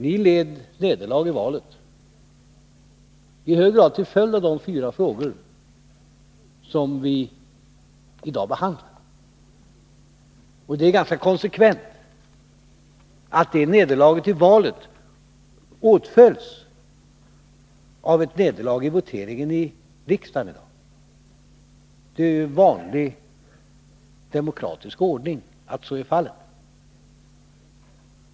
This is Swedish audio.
Ni led nederlag i valet, i hög grad till följd av de fyra frågor som vi i dag behandlar. Det är ganska konsekvent att det nederlaget i valet åtföljs av ett nederlag i voteringen i riksdagen. Det är vanlig demokratisk ordning.